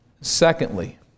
Secondly